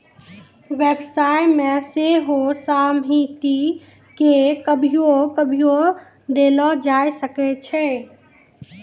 व्यवसाय मे सेहो सहमति के कभियो कभियो देलो जाय सकै छै